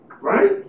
Right